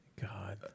God